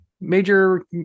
major